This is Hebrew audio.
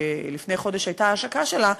שלפני חודש הייתה ההשקה שלה,